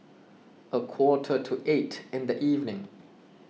a quarter to eight in the evening